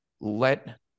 let